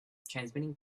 transmitting